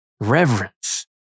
reverence